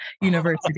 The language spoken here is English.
University